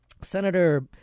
Senator